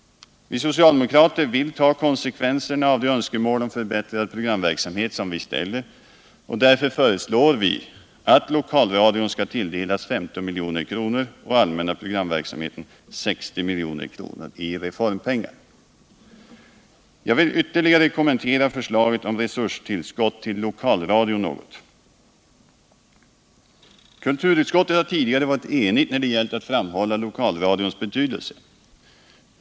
Vi socialdemokrater vill ta konsekvenserna av de önskemål om förbättrad programverksamhet som vi ställer. Därför föreslår vi att lokalradion skall tilldelas 15 milj.kr. och allmänna programverksamheten 60 milj.kr. i reformpengar. Jag vill ytterligare kommentera förslaget om resurstillskott till lokalradion. Kulturutskottet har tidigare varit enigt när det gällt att framhålla lokalradions betydelse.